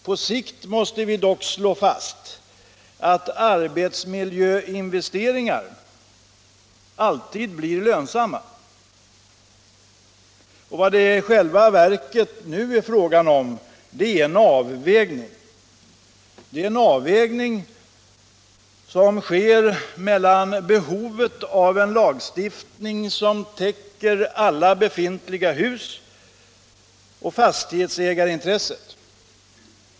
På sikt måste det dock slås fast att arbetsmiljöinvesteringar alltid blir lönsamma. Vad det i själva verket är fråga om är en avvägning. Denna får ske mellan dels behovet av en lagstiftning som täcker alla befintliga hus, dels fastighetsägarintresset.